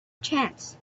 chance